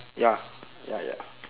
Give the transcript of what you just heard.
ya ya ya